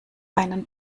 einen